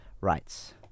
rights